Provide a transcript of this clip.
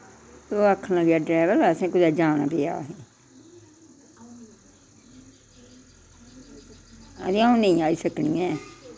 ओह् आखन लगा डरैवल असैं कुतै जाना पेआ अदे अऊं नेईं आई सकनी ऐं